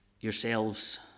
yourselves